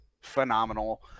phenomenal